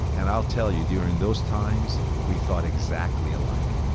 and i'll tell you during those times, we thought exactly alike.